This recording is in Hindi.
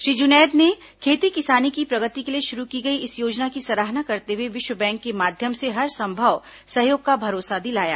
श्री जुनैद ने खेती किसानी की प्रगति के लिए शुरू की गई इस योजना की सराहना करते हुए विश्व बैंक के माध्यम से हर संभव सहयोग का भरोसा दिलाया